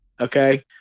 Okay